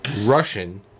Russian